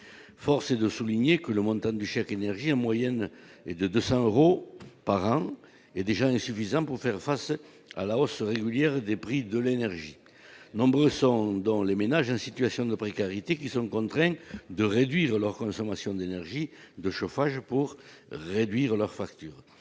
forcés de souligner que le montant du chèque énergie en moyenne est de 200 euros par an, et déjà insuffisant pour faire face à la hausse régulière des prix de l'énergie, nombreuses sont dans les ménages un situation de précarité qui sont contraints de réduire leur consommation d'énergie de chauffage pour réduire leurs factures,